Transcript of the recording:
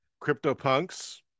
CryptoPunks